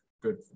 good